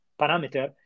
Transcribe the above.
parameter